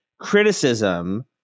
criticism